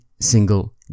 single